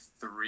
three